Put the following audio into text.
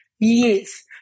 Yes